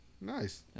Nice